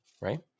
right